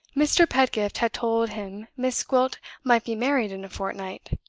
mr. pedgift had told him miss gwilt might be married in a fortnight.